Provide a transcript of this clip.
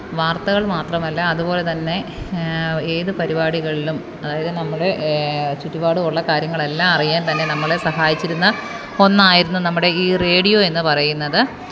വാര്ത്തകള് മാത്രമല്ല അതുപോലെ തന്നെ ഏത് പരിപാടികളിലും അതായത് നമ്മൾ ചുറ്റുപാടും ഉള്ള കാര്യങ്ങളെല്ലാം അറിയാന് തന്നെ നമ്മളെ സഹായിച്ചിരുന്ന ഒന്നായിരുന്നു നമ്മുടെ ഈ റേഡിയോയെന്ന് പറയുന്നത്